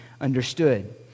understood